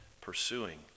pursuing